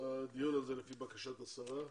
הדיון הזה מתקיים לפי בקשת השרה.